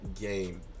game